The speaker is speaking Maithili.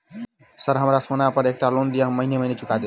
सर हमरा सोना पर एकटा लोन दिऽ हम महीने महीने चुका देब?